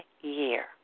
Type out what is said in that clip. year